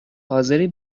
حاضری